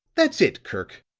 that's it, kirk!